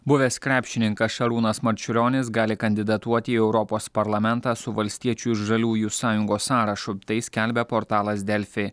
buvęs krepšininkas šarūnas marčiulionis gali kandidatuoti į europos parlamentą su valstiečių ir žaliųjų sąjungos sąrašu tai skelbia portalas delfi